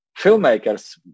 filmmakers